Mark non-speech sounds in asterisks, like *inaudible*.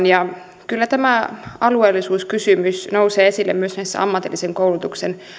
*unintelligible* ja kyllä tämä alueellisuuskysymys nousee esille myös näissä ammatillisen koulutuksen